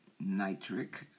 nitric